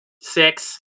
Six